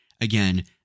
again